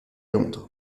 londres